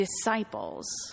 disciples